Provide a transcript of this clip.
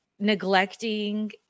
neglecting